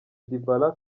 dybala